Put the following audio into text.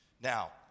Now